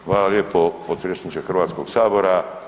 Hvala lijepo potpredsjedniče Hrvatskoga sabora.